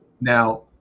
Now